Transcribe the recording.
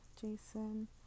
Jason